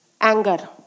Anger